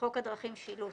בחוק הדרכים (שילוט),